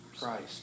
Christ